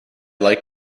like